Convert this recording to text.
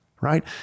right